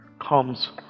comes